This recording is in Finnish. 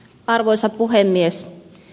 arvoisa puhemies